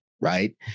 right